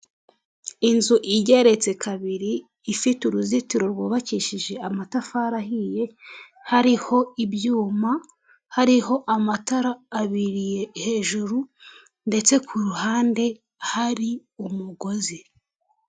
Inzu igeretse kabiri ifite uruzitiro rwubakishije amatafari ahiye, hariho ibyuma, hariho amatara abiriye hejuru ndetse ku ruhande hari umugozi.